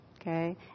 okay